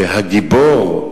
שהגיבור,